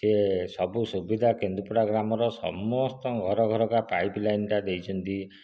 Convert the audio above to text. ସେ ସବୁ ସୁବିଧା କେନ୍ଦୁପଡ଼ା ଗ୍ରାମର ସମସ୍ତଙ୍କ ଘର ଘରକା ପାଇପ୍ ଲାଇନ୍ଟା ଦେଇଛନ୍ତି